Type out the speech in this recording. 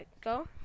go